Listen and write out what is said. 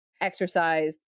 exercise